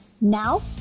Now